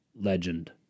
legend